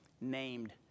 named